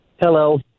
hello